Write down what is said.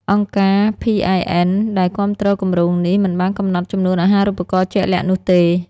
អង្គការ PIN ដែលគាំទ្រគម្រោងនេះ មិនបានកំណត់ចំនួនអាហារូបករណ៍ជាក់លាក់នោះទេ។